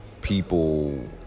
people